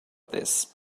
this